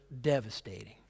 devastating